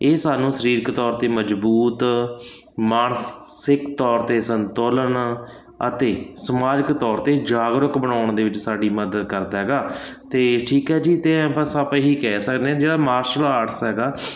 ਇਹ ਸਾਨੂੰ ਸਰੀਰਕ ਤੌਰ 'ਤੇ ਮਜ਼ਬੂਤ ਮਾਨਸਿਕ ਤੌਰ 'ਤੇ ਸੰਤੁਲਨ ਅਤੇ ਸਮਾਜਿਕ ਤੌਰ 'ਤੇ ਜਾਗਰੂਕ ਬਣਾਉਣ ਦੇ ਵਿੱਚ ਸਾਡੀ ਮਦਦ ਕਰਦਾ ਹੈਗਾ ਅਤੇ ਠੀਕ ਹੈ ਜੀ ਅਤੇ ਬਸ ਆਪਾਂ ਇਹੀ ਕਹਿ ਸਕਦੇ ਹਾਂ ਜਿਹੜਾ ਮਾਰਸ਼ਲ ਆਰਟਸ ਹੈਗਾ